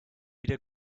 wieder